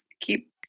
keep